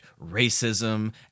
racism